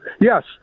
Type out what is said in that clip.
Yes